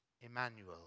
Emmanuel